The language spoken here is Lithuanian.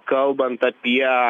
kalbant apie